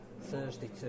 Thursday